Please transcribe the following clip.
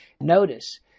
Notice